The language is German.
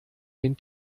den